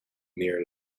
near